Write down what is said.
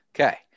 Okay